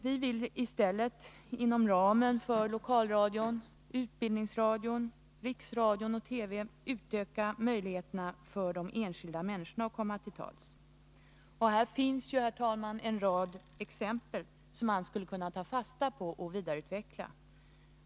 Vi vill i stället inom ramen för lokalradion, utbildningsradion, riksradion och TV utöka möjligheterna för de enskilda människorna att komma till tals. Här finns en rad exempel som man skulle kunna ta fasta på och vidareutveckla.